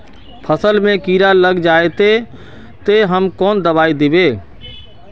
फसल में कीड़ा लग जाए ते, ते हम कौन दबाई दबे?